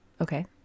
Okay